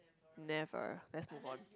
never let's move on